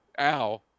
ow